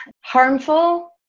harmful